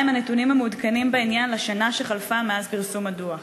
2. מה הם הנתונים המעודכנים בעניין לשנה שחלפה מאז פרסום הדוח?